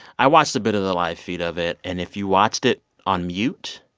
i watched a bit of the live feed of it and if you watched it on mute,